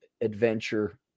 adventure